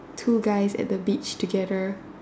two guys at the beach together